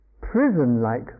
prison-like